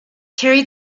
carried